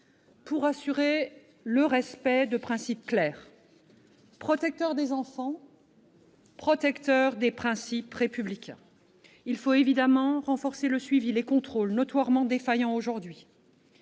pour assurer le respect de principes clairs, protecteurs des enfants comme des valeurs républicaines. Il faut évidemment renforcer le suivi et les contrôles, qui sont notoirement défaillants aujourd'hui.